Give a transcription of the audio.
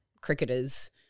cricketers